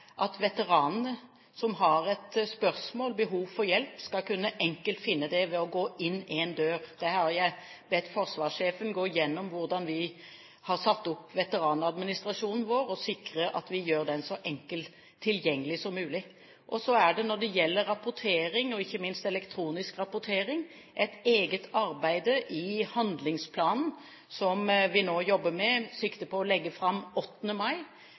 at veteranene som har et spørsmål eller behov for hjelp, enkelt skal kunne finne det ved å gå inn én dør. Jeg har bedt forsvarssjefen gå igjennom hvordan vi har satt opp veteranadministrasjonen vår, og sikre at vi gjør den så enkelt tilgjengelig som mulig. Når det gjelder rapportering, ikke minst elektronisk rapportering, er det et eget arbeid i handlingsplanen som vi nå jobber med med sikte på å legge fram 8. mai.